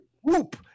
Whoop